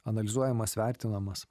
analizuojamas vertinamas